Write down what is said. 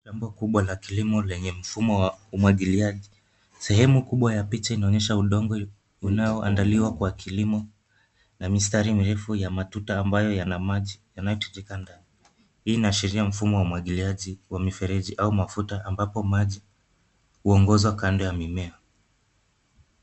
Shamba kubwa la kilimo lenye mfumo wa umwagiliaji. Sehemu kubwa ya picha inaonyesha udongo unaoandaliwa kwa kilimo na mistari mirefu wa matuta ambayo yana maji yanayotiririka. Hii inaashiria mfumo wa umwagiliaji wa mifereji au mafuta ambapo maji huongozwa kando ya mimea.